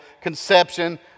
conception